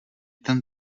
ten